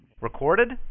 Recorded